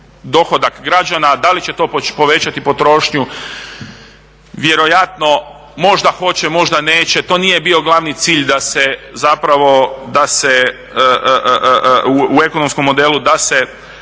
dohodak građana. Da li će to povećati potrošnju, vjerojatno, možda hoće, možda neće, to nije bio glavni cilj da se zapravo u ekonomskom modelu da se